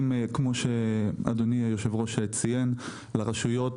כמו שאדוני היו"ר ציין, לרשויות,